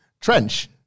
Trench